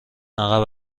عقب